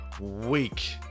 week